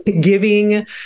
giving